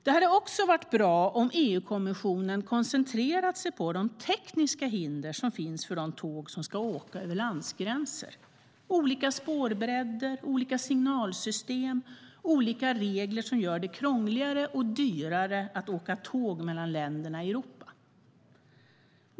Det hade också varit bra om EU-kommissionen hade koncentrerat sig på de tekniska hinder som finns för de tåg som ska åka över landsgränser - olika spårbredder, olika signalsystem, olika regler som gör det krångligare och dyrare att åka tåg mellan länderna i Europa.